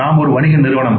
நாம் ஒரு வணிக நிறுவனம்